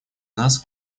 нас